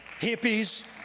hippies